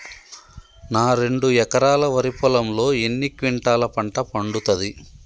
నా రెండు ఎకరాల వరి పొలంలో ఎన్ని క్వింటాలా పంట పండుతది?